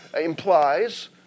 implies